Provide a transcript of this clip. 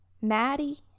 Maddie